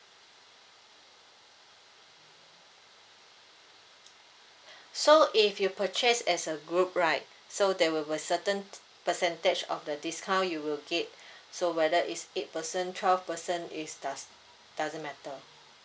so if you purchase as a group right so there will be a certain percentage of the discount you will get so whether it's eight person twelve person it does doesn't matter